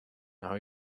now